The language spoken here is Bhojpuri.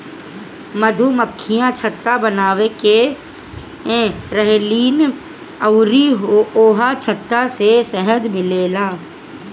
मधुमक्खियाँ छत्ता बनाके रहेलीन अउरी ओही छत्ता से शहद मिलेला